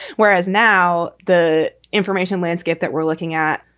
whereas now the information landscape that we're looking at,